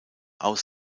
aus